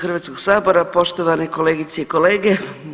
Hrvatskog sabora, poštovane kolegice i kolege.